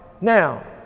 Now